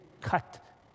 cut